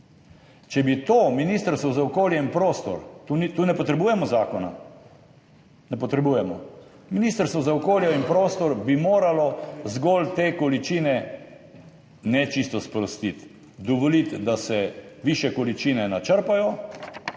Če bi to Ministrstvo za okolje in prostor, tu ne potrebujemo zakona, Ministrstvo za okolje in prostor bi moralo zgolj te količine ne čisto sprostiti, dovoliti, da se načrpajo